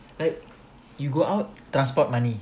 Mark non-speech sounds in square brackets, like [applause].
[noise] you go out transport money